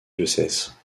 diocèse